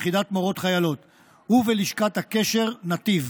יחידת מורות חיילות ולשכת הקשר נתיב.